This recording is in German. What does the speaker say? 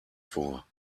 vor